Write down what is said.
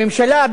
הממשלה,